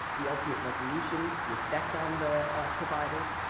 the ultimate resolution, the effect on the providers,